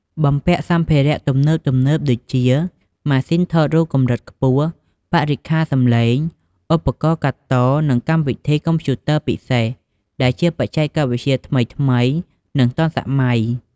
បំពាក់សម្ភារៈទំនើបៗដូចជា ម៉ាស៊ីនថតកម្រិតខ្ពស់ បរិក្ខារសំឡេង ឧបករណ៍កាត់ត និងកម្មវិធីកុំព្យូទ័រពិសេស ដែលជាបច្ចេកវិទ្យាថ្មីៗនិងទាន់សម័យ។